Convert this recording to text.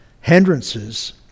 hindrances